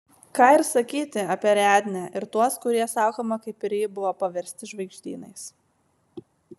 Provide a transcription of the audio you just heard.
ką ir sakyti apie ariadnę ir tuos kurie sakoma kaip ir ji buvo paversti žvaigždynais